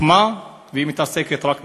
הוקמה היא מתעסקת רק בזה,